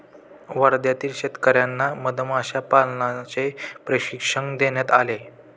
वर्ध्यातील शेतकर्यांना मधमाशा पालनाचे प्रशिक्षण देण्यात आले